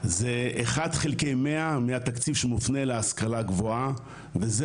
זה 1/100 מהתקציב שמופנה להשכלה הגבוהה וזה